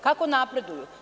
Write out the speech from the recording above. Kako napreduju?